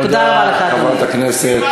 תודה רבה לך, אדוני.